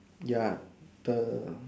ya the